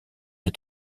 des